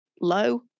low